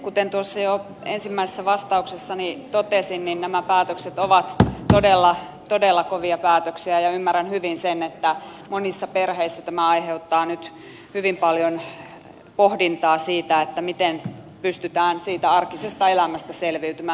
kuten tuossa jo ensimmäisessä vastauksessani totesin niin nämä päätökset ovat todella todella kovia päätöksiä ja ymmärrän hyvin sen että monissa perheissä tämä aiheuttaa nyt hyvin paljon pohdintaa siitä miten pystytään siitä arkisesta elämästä selviytymään